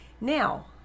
Now